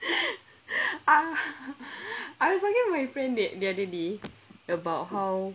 I was talking to my friend the other day about how